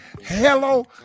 hello